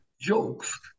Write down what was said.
jokes